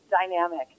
dynamic